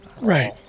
right